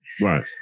Right